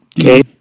Okay